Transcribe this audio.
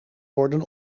worden